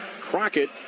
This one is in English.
Crockett